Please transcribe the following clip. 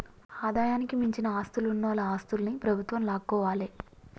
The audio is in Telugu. ఆదాయానికి మించిన ఆస్తులున్నోల ఆస్తుల్ని ప్రభుత్వం లాక్కోవాలే